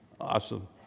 Awesome